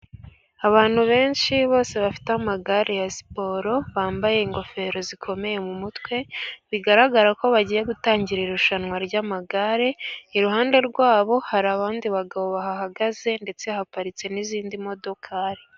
Abantu benshi bose bafite amagare ya siporo, bambaye ingofero zikomeye mu mutwe. Bigaragara ko bagiye gutangira irushanwa ry'amagare. Iruhande rwabo hari abandi bagabo bahagaze, ndetse haparitse n'izindi modokari.